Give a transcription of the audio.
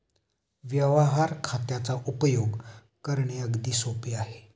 व्यवहार खात्याचा उपयोग करणे अगदी सोपे आहे